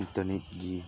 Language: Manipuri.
ꯏꯟꯇꯔꯅꯦꯠꯀꯤ